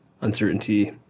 uncertainty